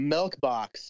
Milkbox